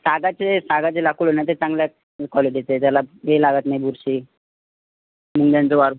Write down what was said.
सागाचे सागाचे लाकूड आहे ना ते चांगल्या क्वॉलिटीचे आहे त्याला हे लागत नाही बुरशी मुंग्यांचं वारूळ